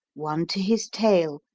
one to his tail,